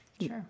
Sure